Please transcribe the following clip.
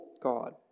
God